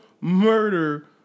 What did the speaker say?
murder